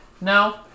no